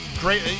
great